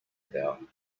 about